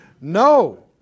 No